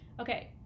Okay